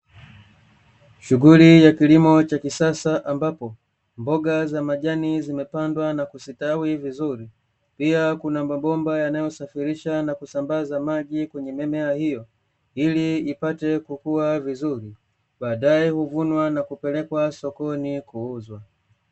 Shughuli ya kilimo cha kisasa, ambapo mboga za majani zimepandwa na kustawi vizuri, pia kuna mabomba yanayosafirisha na kusambaza maji kwenye mimea hiyo ili ipate kukuwa vizuri, baadaye huvunwa na kupelekwa sokoni kuuzwa.